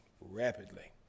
rapidly